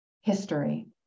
History